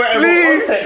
please